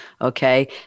Okay